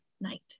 night